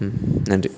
ம் நன்றி